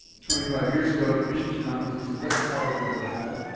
twenty five years ago at the bishops conference. he's the best colleague i've ever had.